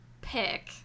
pick